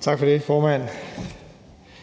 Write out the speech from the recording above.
Tak for det, formand.